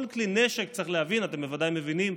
כל כלי הנשק, צריך להבין, אתם בוודאי מבינים,